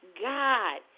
god